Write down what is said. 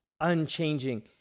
unchanging